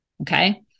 Okay